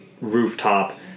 rooftop